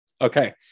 Okay